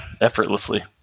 effortlessly